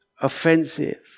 offensive